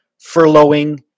furloughing